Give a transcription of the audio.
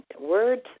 words